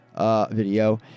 video